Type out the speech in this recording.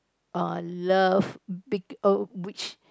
err love which